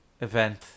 event